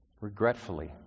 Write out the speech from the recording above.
Regretfully